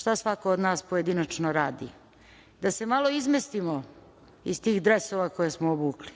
šta svako od nas pojedinačno radi, da se malo izmestimo iz tih dresova koje smo obukli,